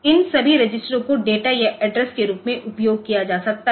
इन सभी रजिस्टरों को डेटा या एड्रेस के रूप में उपयोग किया जा सकता है